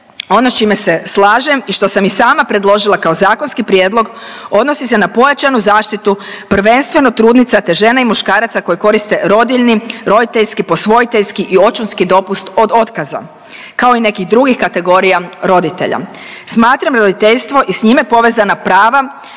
ono s čime se slažem i što sam i sama predložila kao zakonski prijedlog, odnosi se na pojačanu zaštitu prvenstveno trudnica te žena i muškaraca koji koriste rodiljni, roditeljski, posvojiteljski i očinski dopust, od otkaza, kao i nekih drugih kategorija roditelja. Smatram roditeljstvo i s njime povezana prava,